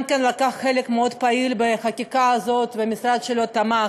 גם הוא לקח חלק מאוד פעיל בחקיקה הזאת והמשרד שלו תמך.